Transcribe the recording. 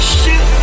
shoot